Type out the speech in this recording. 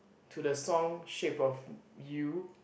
to the song shape of you